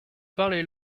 parlez